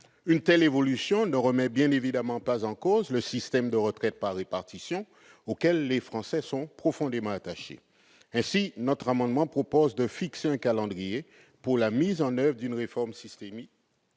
Une telle évolution ne remet bien évidemment pas en cause le système de retraite par répartition auquel les Français sont profondément attachés. Ainsi, notre amendement tend à fixer un calendrier pour la mise en oeuvre d'une réforme systémique